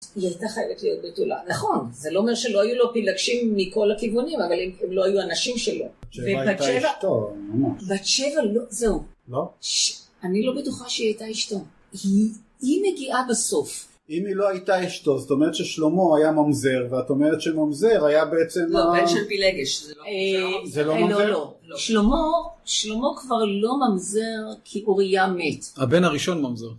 ‫היא הייתה חייבת להיות בתולה. ‫נכון, זה לא אומר לא ‫שהיו לו פלגשים מכל הכיוונים, ‫אבל הם לא היו אנשים שלו, ‫ובת שבע... ‫בת שבע הייתה אשתו, נמאס. ‫בת שבע זה הוא. ‫-לא? ‫אני לא בטוחה שהיא הייתה אשתו. ‫היא מגיעה בסוף. ‫אם היא לא הייתה אשתו, זאת אומרת ‫ששלמה היה ממזר, ‫ואת אומרת שממזר היה בעצם ה...? ‫בן של פילגש. ‫-זה לא ממזר? ‫-לא, לא. שלמה, שלמה כבר לא ממזר כי אוריה מת, הבן הראשון ממזר.